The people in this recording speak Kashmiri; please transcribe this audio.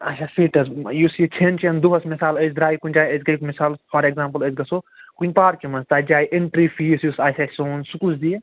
آچھا سیٖٹس یُس یہِ کھیٚن چیٚن دۄہس مِثال أسۍ درٛاے کُنہِ جایہِ أسۍ گٔے مِثال فار ایٚگزامپٕل أسۍ گَژھو کُنہِ پارکہِ منٛز تتھ جایہِ ایٚنٹرٛی فیٖس یُس آسہِ اسہِ سوٗن سُہ کُس دِیہِ